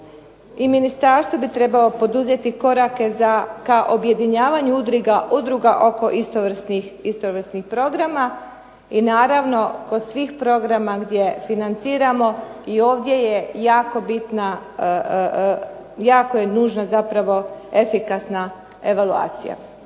ministarstvo bi trebalo poduzeti korake ka objedinjavanju udruga oko istovrsnih programa. I naravno kod svih programa gdje financiramo i ovdje je jako nužna efikasna evaluacija.